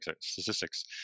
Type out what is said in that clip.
statistics